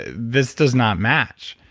this does not match.